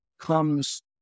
comes